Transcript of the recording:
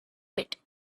pit